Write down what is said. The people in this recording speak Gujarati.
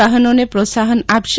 વાહનોને પ્રોત્સાહન આપશે